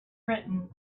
written